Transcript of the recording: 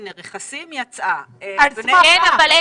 הנה, רכסים יצאה, בני ברק יוצאת.